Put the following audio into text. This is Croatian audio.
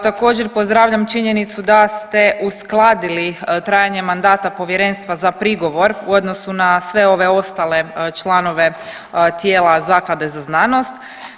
Također pozdravljam činjenicu da ste uskladili trajanje mandata Povjerenstva za prigovor u odnosu na sve ove ostale članove tijela Zaklade za znanost.